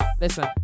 Listen